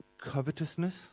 Covetousness